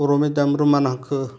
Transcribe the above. बर' medium रमान हांखो